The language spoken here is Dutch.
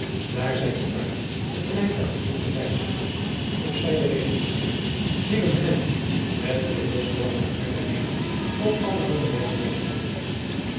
daar zij te paard het rijtuig van onze eizigers op zijde re driaan oosjes zn et leven van aurits ijnslager den vielen hen met hunne losbandige aardigheden op allerhande wijzen lastig